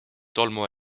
tolmu